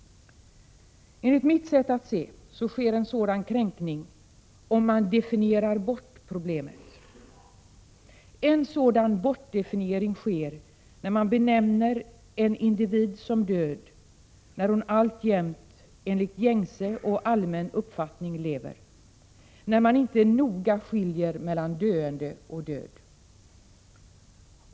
Enligt mitt sätt att se på detta sker en sådan kränkning, om man definierar bort problemet. En sådan bortdefiniering sker när man benämner en individ som död när hon alltjämt enligt gängse och allmän uppfattning lever, när man inte noga skiljer mellan döende och död.